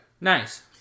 Nice